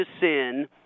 sin